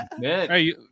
Hey